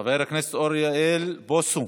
חבר הכנסת אוריאל בוסו.